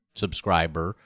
subscriber